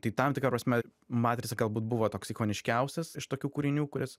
tai tam tikra prasme matrica galbūt buvo toks ikoniškiausias iš tokių kūrinių kuris